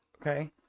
Okay